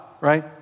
right